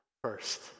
first